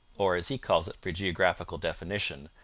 or, as he calls it for geographical definition,